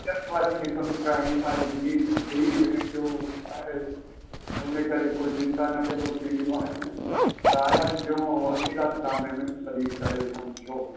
system वारनि खे कमु कराइण जी पंहिंजो धीअ धीअ भेण जो आहे इनकरे कोई चिंता न कजो फी जे बारे में तव्हां लाइ जो वकीलात नामे में सही करे वञ जो